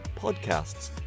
podcasts